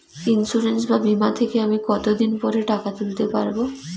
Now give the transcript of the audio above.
Insurance বা বিমা থেকে আমি কত দিন পরে টাকা তুলতে পারব?